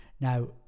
Now